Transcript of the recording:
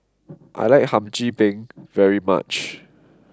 I like Hum Chim Peng very much